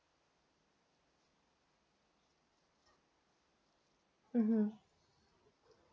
mmhmm